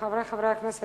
חברי חברי הכנסת,